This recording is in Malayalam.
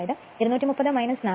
അതായത് 230 40 0